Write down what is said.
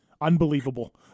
Unbelievable